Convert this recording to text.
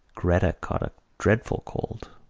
gretta caught a dreadful cold.